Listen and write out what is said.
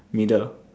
middle